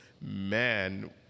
man